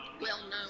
well-known